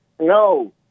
No